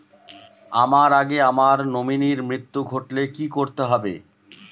আমার আগে আমার নমিনীর মৃত্যু ঘটলে কি করতে হবে?